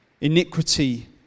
iniquity